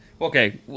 Okay